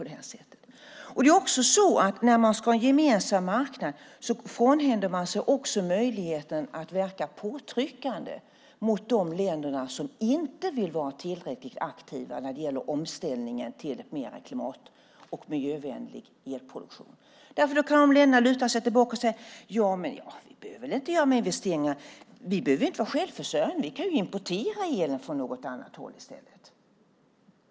Det är också så att när man ska ha en gemensam marknad så frånhänder man sig också möjligheten att verka påtryckande mot de länder som inte vill vara tillräckligt aktiva när det gäller omställningen till en mer klimat och miljövänlig elproduktion. Då kan ju de länderna luta sig tillbaka och säga att vi behöver väl inte göra mer investeringar. Vi behöver inte vara självförsörjande. Vi kan importera elen från annat håll i stället.